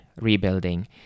rebuilding